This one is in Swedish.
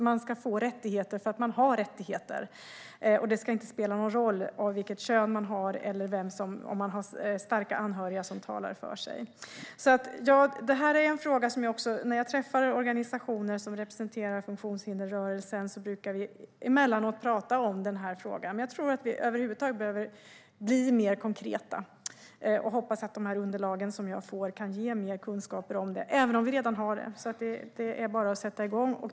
Man ska få rättigheter för att man har rättigheter. Det ska inte spela någon roll vad man har för kön eller om man har starka anhöriga som talar för en. När jag träffar organisationer som representerar funktionshindersrörelsen brukar vi emellanåt prata om den här frågan. Vi behöver nog över huvud taget bli mer konkreta. Jag hoppas att de underlag som jag ska få kan ge mer kunskaper. Det är bara att sätta igång.